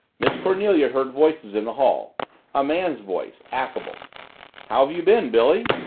miss cornelia heard voices in the hall a man's voice affable how have you been, billy?